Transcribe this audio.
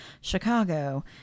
Chicago